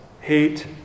hate